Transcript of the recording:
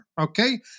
Okay